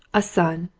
a son,